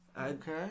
Okay